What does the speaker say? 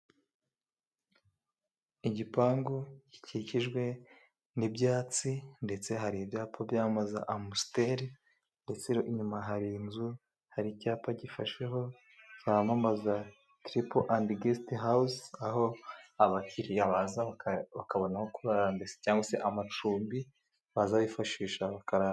Igipangu gikikijwe n'ibyatsi, ndetse hari ibyapa byamamaza Amusiteri, ndetse inyuma hari inzu, hari icyapa gifasheho cyamamaza tiripu andi gesite hawuzi, aho abakiriya baza bakabona aho kurara mbese cyangwa se amacumbi baza bifashisha bakarara.